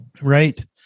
Right